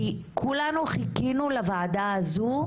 כי כולנו חיכינו לוועדה הזו,